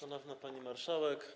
Szanowna Pani Marszałek!